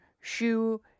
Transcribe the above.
shoe